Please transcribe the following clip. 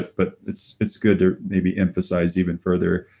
but it's it's good to maybe emphasize even further.